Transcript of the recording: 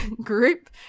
group